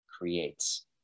creates